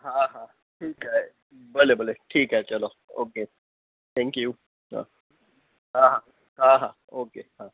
हा हा ठीकु आहे भले भले ठीकु आहे चलो ओके थैंक यू हा हा हा हा हा ओके हा